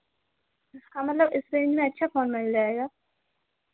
हाँ मतलब इस रेंज में अच्छा फ़ोन मिल जाएगा